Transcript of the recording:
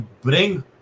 bring